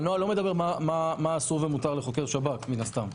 הנוהל לא מדבר מה אסור ומותר לחוקר שב"כ מן הסתם,